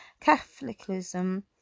Catholicism